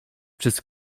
przez